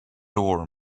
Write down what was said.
door